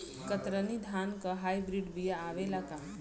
कतरनी धान क hybrid बिया आवेला का?